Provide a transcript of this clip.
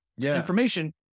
information